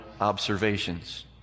observations